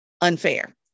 unfair